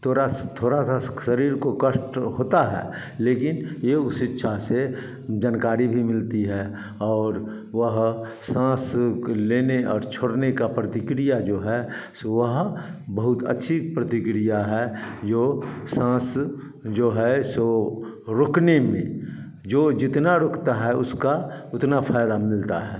थोड़ा थोड़ा सा शरीर को कष्ट होता है लेकिन योग शिक्षा से जानकारी भी मिलती है और वह साँस क लेने और छोड़ने का प्रतिक्रिया जो है सो वह बहुत अच्छी प्रतिक्रिया है जो साँस जो है सो रोकने में जो जितना रुकता है उसका उतना फ़ायदा मिलता है